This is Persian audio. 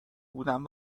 بودم